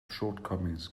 shortcomings